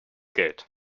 geld